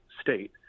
state